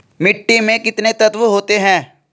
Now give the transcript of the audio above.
मिट्टी में कितने तत्व होते हैं?